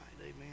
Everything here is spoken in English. Amen